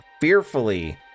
fearfully